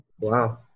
Wow